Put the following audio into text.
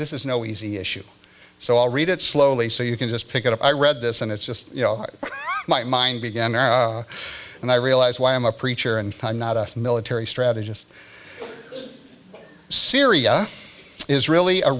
this is no easy issue so i'll read it slowly so you can just pick it up i read this and it's just you know my mind began and i realized why i'm a preacher and i'm not a military strategist syria is really a